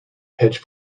hedge